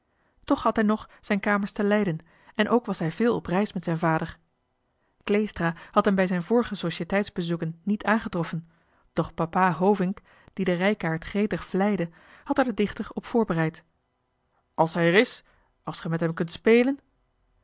toch had hij nog zijn kamers te leiden en ook was hij veel op reis met zijn vader kleestra had hem bij zijn vorige societeitsbezoeken niet aangetroffen doch papa hovink die den rijkaard gretig vleide had er den dichter op voorbereid als hij er is als ge met hem kunt spelen